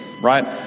right